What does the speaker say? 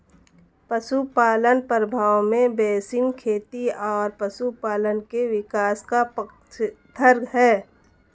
पशुपालन प्रभाव में बेसिन खेती और पशुपालन के विकास का पक्षधर है